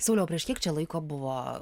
sauliau prieš kiek čia laiko buvo